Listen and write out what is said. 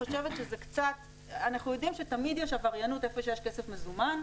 אנחנו יודעים שתמיד יש עבריינות איפה שיש כסף מזומן.